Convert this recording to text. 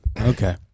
Okay